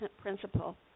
principle